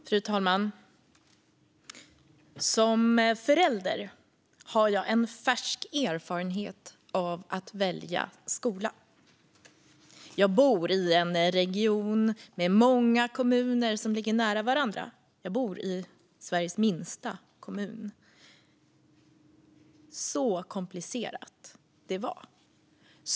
Fru talman! Som förälder har jag en färsk erfarenhet av att välja skola. Jag bor i Sveriges minsta kommun i en region med många kommuner som ligger nära varandra. Så komplicerat det var!